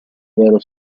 vero